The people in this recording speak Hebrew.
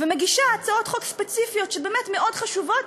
ומגישה הצעות חוק ספציפיות שמאוד חשובות,